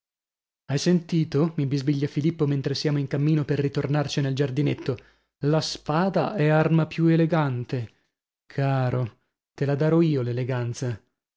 hai sentito mi bisbiglia filippo mentre siamo in cammino per ritornarcene al giardinetto la spada è arma più elegante caro te la darò io l'eleganza